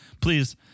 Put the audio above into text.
Please